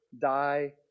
die